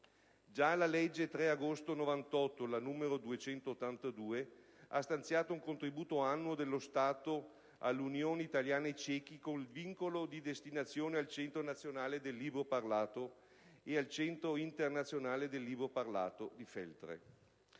già la legge 3 agosto 1998, n. 282 ha stanziato un contributo annuo dello Stato all'Unione italiana ciechi, con vincolo di destinazione al Centro nazionale del libro parlato, e al Centro Internazionale del Libro Parlato di Feltre;